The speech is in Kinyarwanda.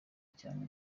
cyane